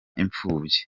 imfubyi